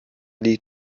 die